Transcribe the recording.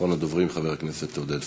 אחרון הדוברים, חבר הכנסת עודד פורר.